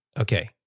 okay